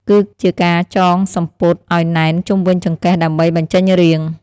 គឺជាការចងសំពត់អោយណែនជុំវិញចង្កេះដើម្បីបញ្ចេញរាង។